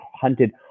hunted